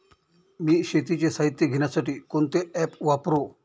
मी शेतीचे साहित्य घेण्यासाठी कोणते ॲप वापरु?